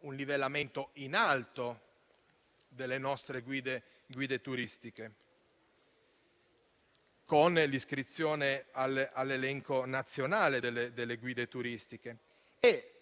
un livellamento in alto delle nostre guide turistiche, con l'iscrizione all'elenco nazionale delle guide turistiche.